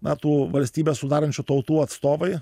na tų valstybę sudarančių tautų atstovai